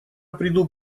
приду